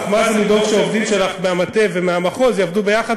החוכמה היא לבדוק שהעובדים שלךְ מהמטה ומהמחוז יעבדו יחד,